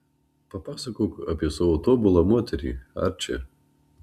papasakok apie savo tobulą moterį arči